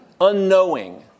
unknowing